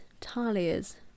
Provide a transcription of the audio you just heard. Talia's